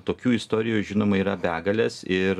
tokių istorijų žinoma yra begalės ir